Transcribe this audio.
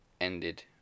ended